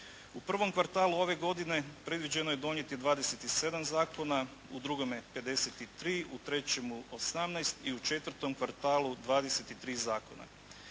U prvom kvartalu ove godine predviđeno je donijeti 27 zakona, u drugome 53, u trećemu 18 i u četvrtom kvartalu 23 zakona.